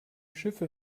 schiffe